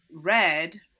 red